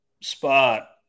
spot